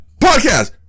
Podcast